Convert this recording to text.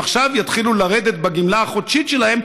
שהם עכשיו יתחילו לרדת בגמלה החודשית שלהם,